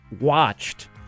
watched